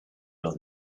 los